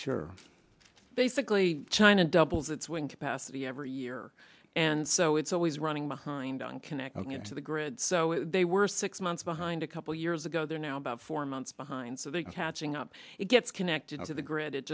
they sickly china doubles its wind capacity every year and so it's always running behind on connecting it to the grid so they were six months behind a couple of years ago they're now about four months behind so they catching up it gets connected to the grid it